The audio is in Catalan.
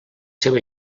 seva